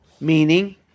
Meaning